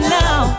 now